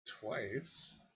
twice